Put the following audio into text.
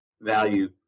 value